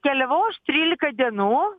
keliavau aš trylika dienų